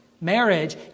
marriage